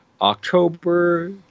October